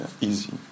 easy